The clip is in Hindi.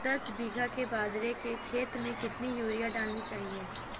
दस बीघा के बाजरे के खेत में कितनी यूरिया डालनी चाहिए?